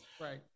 Right